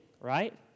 right